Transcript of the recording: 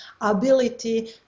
ability